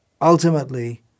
ultimately